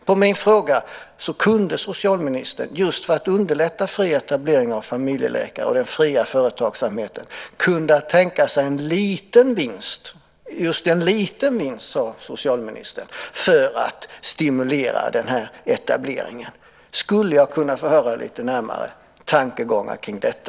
På min fråga svarade socialministern att han kunde tänka sig en liten vinst - socialministern sade just en liten vinst - för att stimulera den här fria etablering av familjeläkare och den fria företagsamheten. Skulle jag kunna få höra lite närmare tankegångar kring detta?